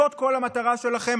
זאת כל המטרה שלכם.